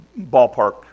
ballpark